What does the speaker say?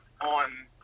on